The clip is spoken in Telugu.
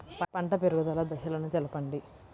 పంట పెరుగుదల దశలను తెలపండి?